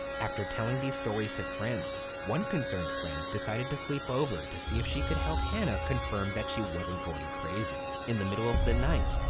after telling these stories to friends, one concerned friend decided to sleep over to see if she could help hannah confirm that she wasn't going crazy. in the middle of the night,